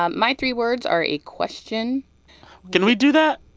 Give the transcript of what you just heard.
um my three words are a question can we do that?